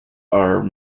are